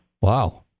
Wow